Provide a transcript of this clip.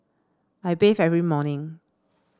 I bathe every morning